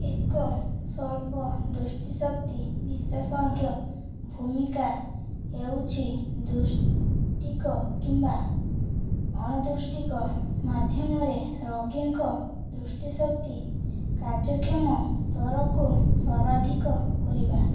ଏକ ସ୍ୱଳ୍ପ ଦୃଷ୍ଟିଶକ୍ତି ବିଶେଷଜ୍ଞଙ୍କ ଭୂମିକା ହେଉଛି ଦୃଷ୍ଟିକ କିମ୍ବା ଅଣଦୃଷ୍ଟିକ ମାଧ୍ୟମରେ ରୋଗୀଙ୍କ ଦୃଷ୍ଟିଶକ୍ତି କାର୍ଯ୍ୟକ୍ଷମ ସ୍ତରକୁ ସର୍ବାଧିକ କରିବା